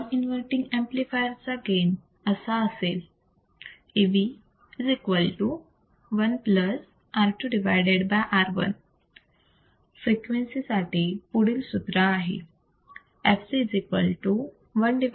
non inverting amplifier चा gain असा असेल Av 1 R2 R1 फ्रिक्वेन्सी साठी पुढील सूत्र आहे